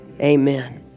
Amen